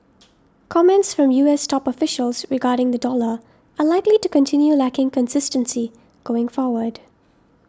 comments from U S top officials regarding the dollar are likely to continue lacking consistency going forward